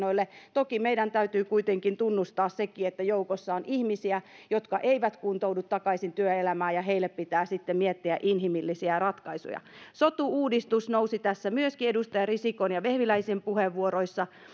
takaisin työmarkkinoille toki meidän täytyy kuitenkin tunnustaa sekin että joukossa on ihmisiä jotka eivät kuntoudu takaisin työelämään ja heille pitää sitten miettiä inhimillisiä ratkaisuja myöskin sotu uudistus nousi edustaja risikon ja vehviläisen puheenvuoroissa